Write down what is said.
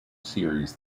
series